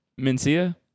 Mencia